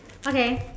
okay